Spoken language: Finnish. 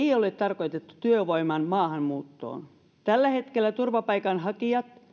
ei ole tarkoitettu työvoiman maahanmuuttoon tällä hetkellä turvapaikanhakijat